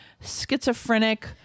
schizophrenic